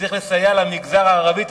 שצריך לסייע בהם למגזר הערבי,